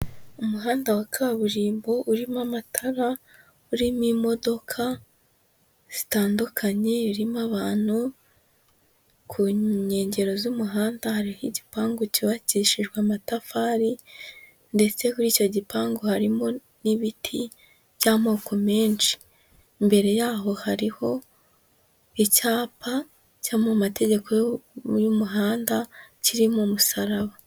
Umuhanda wa kaburimbo urimo amatara, urimo imodoka zitandukanye, urimo abantu, ku nkengero z'umuhanda hariho igipangu cyubakishijwe amatafari ndetse kuri icyo gipangu harimo n'ibiti by'amoko menshi, imbere y'aho hariho icyapa kiri mu mategeko y'umuhanda, kiri mu musaraba.